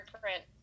print